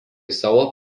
savo